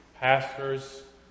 pastors